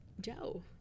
Joe